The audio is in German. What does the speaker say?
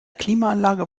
klimaanlage